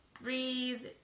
Breathe